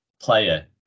player